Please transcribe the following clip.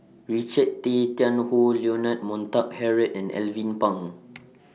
Richard Tay Tian Hoe Leonard Montague Harrod and Alvin Pang